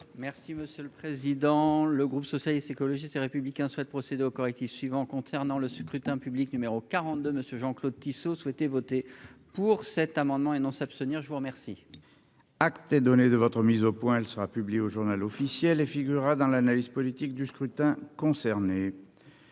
Merci monsieur le président, le groupe socialiste, écologiste et républicain souhaite procéder aux correctifs suivants concernant le scrutin public numéro 42 monsieur Jean-Claude Tissot souhaité voté pour cet amendement énonce abstenir je vous remercie. Acte est donné de votre mise au point, elle sera publiée au Journal officiel et figurera dans l'analyse politique du scrutin concernés.